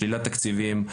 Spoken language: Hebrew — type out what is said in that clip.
שלילת תקציבים,